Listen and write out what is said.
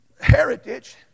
heritage